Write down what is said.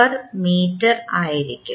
8066 metre ആയിരിക്കും